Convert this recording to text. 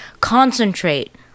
concentrate